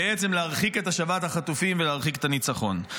בעצם, להרחיק את השבת החטופים ולהרחיק את הניצחון.